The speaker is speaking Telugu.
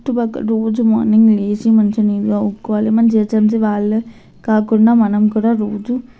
చుట్టుపక్కల రోజు మార్నింగ్ లేచి మంచిగా నీట్గా ఊడ్చుకోవాలి జిహెచ్ఎంసి వాళ్ళే కాకుండా మనం కూడా రోజు